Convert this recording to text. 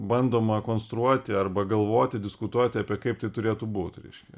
bandoma konstruoti arba galvoti diskutuoti apie kaip tai turėtų būt reiškia